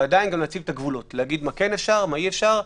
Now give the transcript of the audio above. אבל עדיין גם להציב גבולות ולהגיד מה אפשר ומה אי-אפשר.